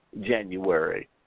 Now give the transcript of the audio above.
January